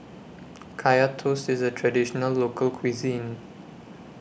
Kaya Toast IS A Traditional Local Cuisine